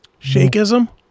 shakeism